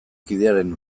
kidearen